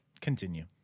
continue